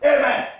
Amen